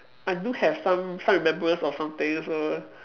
I do have some some remembrance of something so